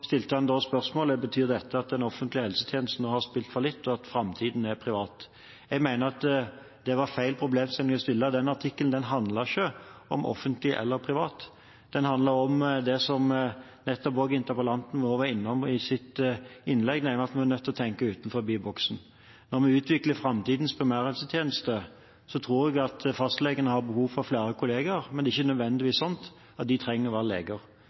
stilte han spørsmålet: Betyr dette at den offentlige helsetjenesten nå har spilt fallitt, og at framtiden er privat? Jeg mener at det var feil problemstilling. Denne artikkelen handlet ikke om offentlig eller privat, den handlet om det som også interpellanten var innom i sitt innlegg nå, nemlig at vi er nødt til å tenke utenfor boksen. Når vi utvikler framtidens primærhelsetjeneste, tror jeg at fastlegen har behov for flere kolleger. Men det er ikke nødvendigvis slik at de trenger